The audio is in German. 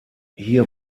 hier